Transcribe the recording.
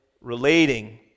relating